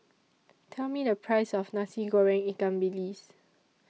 Tell Me The Price of Nasi Goreng Ikan Bilis